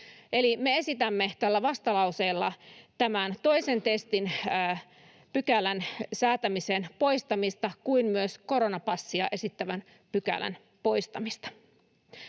eli me esitämme tällä vastalauseella tämän toisen testin pykälän säätämisen poistamista kuten myös koronapassia esittävän pykälän poistamista.